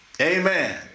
Amen